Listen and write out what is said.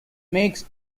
makes